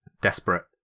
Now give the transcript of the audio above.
desperate